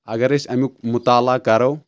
اَگر أسۍ اَمیُک مُطالعہ کرو